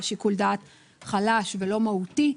יש שיקול דעת חלש ולא מהותי,